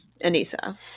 Anissa